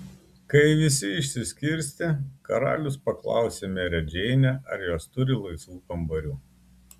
kai visi išsiskirstė karalius paklausė merę džeinę ar jos turi laisvų kambarių